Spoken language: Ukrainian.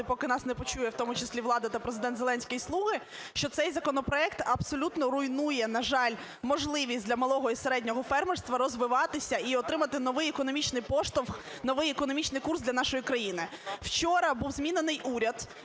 поки нас не почує в тому числі влада та Президент Зеленський і "слуги", що цей законопроект абсолютно руйнує, на жаль, можливість для малого і середнього фермерства розвиватися і отримати новий економічний поштовх, новий економічний курс для нашої країни. Вчора був змінений уряд.